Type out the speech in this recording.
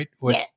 right